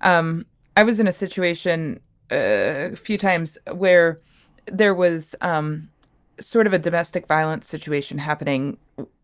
um i was in a situation a few times where there was um sort of a domestic violence situation happening